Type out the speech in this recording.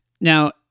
Now